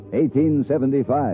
1875